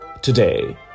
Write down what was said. Today